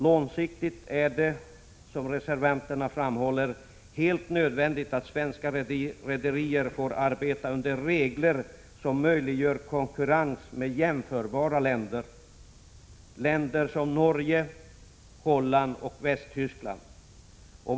Långsiktigt är det, som reservanterna framhåller, helt nödvändigt att svenska rederier får arbeta under regler som möjliggör konkurrens med jämförbara länder, som Norge, Holland och Västtyskland.